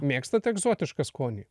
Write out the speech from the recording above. mėgstat egzotišką skonį